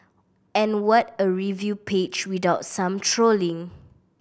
and what a review page without some trolling